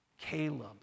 Caleb